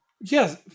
Yes